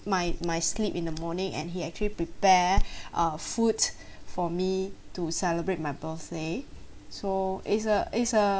my my sleep in the morning and he actually prepare a food for me to celebrate my birthday so it's a it's a